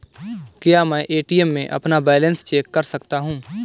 क्या मैं ए.टी.एम में अपना बैलेंस चेक कर सकता हूँ?